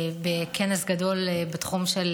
מחר אני אהיה גם בכנס גדול בתחום של